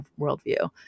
worldview